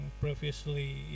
previously